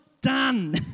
done